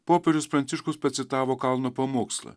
popiežius pranciškus pacitavo kalno pamokslą